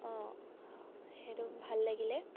অঁ সেইটো ভাল লাগিলে